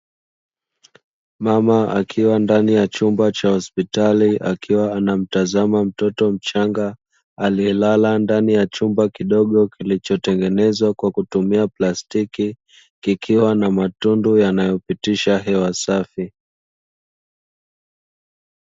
Mama akiwa ndani ya chumba cha hospitali akiwa anamtazama mtoto mchanga aliyelala ndani ya chumba kidogo, kilichotengenezwa kwa kutumia plastiki kikiwa na matundu yanayo pitisha hewa safi.